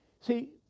See